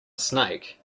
snake